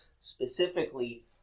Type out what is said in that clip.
specifically